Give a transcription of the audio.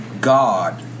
God